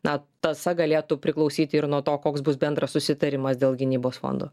na tąsa galėtų priklausyti ir nuo to koks bus bendras susitarimas dėl gynybos fondo